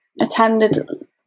attended